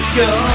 go